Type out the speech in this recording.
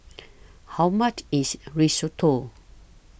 How much IS Risotto